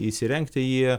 įsirengti jį